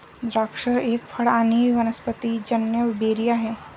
द्राक्ष एक फळ आणी वनस्पतिजन्य बेरी आहे